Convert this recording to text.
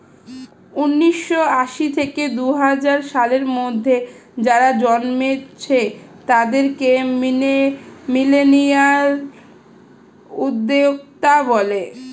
উন্নিশো আশি থেকে দুহাজার সালের মধ্যে যারা জন্মেছে তাদেরকে মিলেনিয়াল উদ্যোক্তা বলে